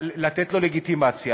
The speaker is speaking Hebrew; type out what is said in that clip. לתת לו לגיטימציה.